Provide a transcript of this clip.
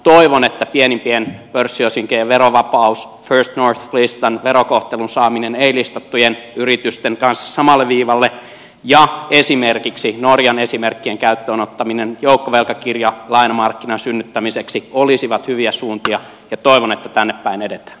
toivon että pienimpien pörssiosinkojen verovapaus first north listan verokohtelun saaminen ei listattujen yritysten kanssa samalle viivalle ja esimerkiksi norjan esimerkkien käyttöönottaminen joukkovelkakirjalainamarkkinan synnyttämiseksi olisivat hyviä suuntia ja toivon että tänne päin edetään